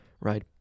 right